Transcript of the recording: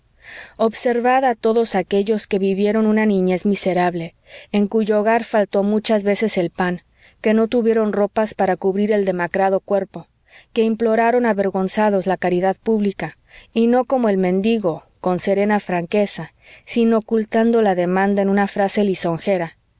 a todos aquéllos que vivieron una niñez miserable en cuyo hogar faltó muchas veces el pan que no tuvieron ropas para cubrir el demacrado cuerpo que imploraron avergonzados la caridad pública y no como el mendigo con serena franqueza sino ocultando la demanda en una frase lisonjera